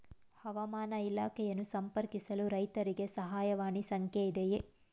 ಹವಾಮಾನ ಇಲಾಖೆಯನ್ನು ಸಂಪರ್ಕಿಸಲು ರೈತರಿಗೆ ಸಹಾಯವಾಣಿ ಸಂಖ್ಯೆ ಇದೆಯೇ?